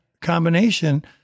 Combination